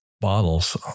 bottles